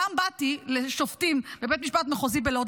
פעם באתי לשופטים בבית משפט מחוזי בלוד,